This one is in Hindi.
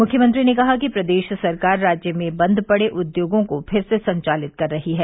मुख्यमंत्री ने कहा कि प्रदेश सरकार राज्य में बन्द पड़े उद्योगों को फिर से संचालित कर रही है